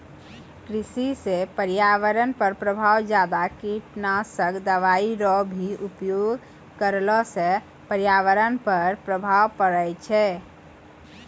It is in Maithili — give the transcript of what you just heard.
कृषि से पर्यावरण पर प्रभाव ज्यादा कीटनाशक दवाई रो भी उपयोग करला से पर्यावरण पर प्रभाव पड़ै छै